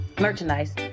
merchandise